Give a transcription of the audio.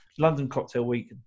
LondonCocktailWeek